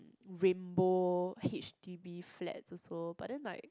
rainbow H_D_B flats also but then like